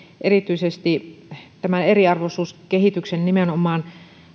erityisesti tämän eriarvoisuuskehityksen nimenomaan